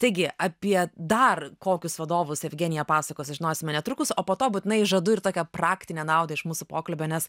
taigi apie dar kokius vadovus jevgenija pasakos sužinosime netrukus o po to būtinai žadu ir tokią praktinę naudą iš mūsų pokalbio nes